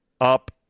up